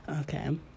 Okay